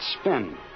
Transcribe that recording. spin